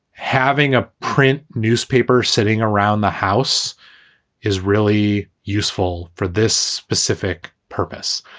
having a print newspaper sitting around the house is really useful for this specific purpose.